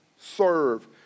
serve